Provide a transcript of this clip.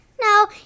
No